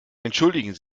entschuldigen